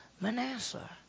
Manasseh